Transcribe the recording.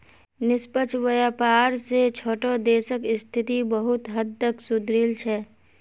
निष्पक्ष व्यापार स छोटो देशक स्थिति बहुत हद तक सुधरील छ